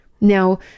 Now